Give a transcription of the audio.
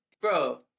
bro